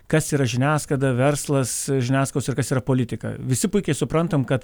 kas yra žiniasklaida verslas žiniasklaidos ir kas yra politika visi puikiai suprantam kad